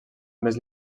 més